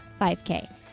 5K